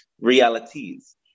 realities